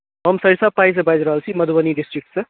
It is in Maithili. हम सरिसब पाहीसँ बाजि रहल छी मधुबनी डिस्ट्रिक्टसँ